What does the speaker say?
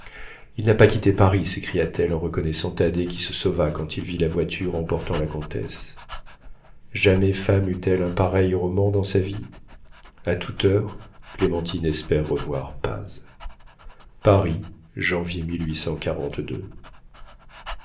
il n'a pas quitté paris s'écria-t-elle en reconnaissant thaddée qui se sauva quand il vit la voiture emportant la comtesse jamais femme eut-elle un pareil roman dans sa vie a toute heure clémentine espère revoir paz paris